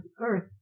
earth